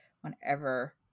whenever